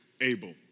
able